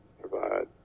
provide